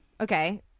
Okay